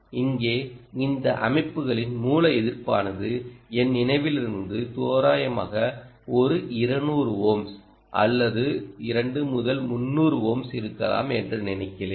இங்கே இந்த அமைப்புகளின் மூல எதிர்ப்பானது என் நினைவிலிருந்து தோராயமாக ஒரு 200 ஓம்ஸ் அல்லது 2 முதல் 300 ஓம்ஸ் இருக்கலாம் என்று நினைக்கிறேன்